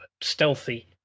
stealthy